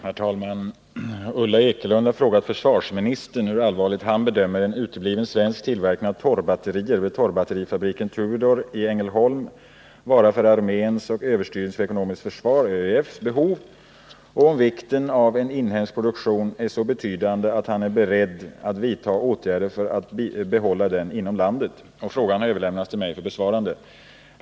Herr talman! Ulla Ekelund har frågat försvarsministern hur allvarligt han bedömer en utebliven svensk tillverkning av torrbatterier vid torrbatterifabriken Tudor i Ängelholm vara för arméns och överstyrelsens för ekonomiskt försvar behov, och om vikten av en inhemsk produktion är så betydande att han är beredd att vidtaga åtgärder för att behålla den inom landet. Frågan har överlämnats till mig för besvarande.